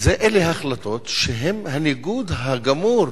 אלה החלטות שהן הניגוד הגמור